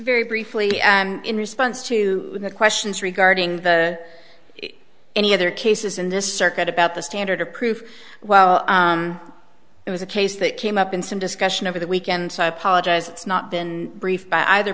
very briefly in response to questions regarding the any other cases in this circuit about the standard of proof well it was a case that came up in some discussion over the weekend so i apologize it's not been briefed by either